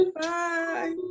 bye